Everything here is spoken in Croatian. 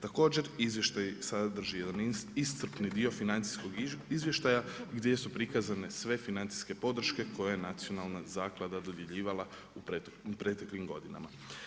Također izvještaj sadrži jedan niz iscrpni dio financijskog izvještaja gdje su prikazani sve financijske podrška koje Nacionalna zaklada dodjeljivala proteklim godinama.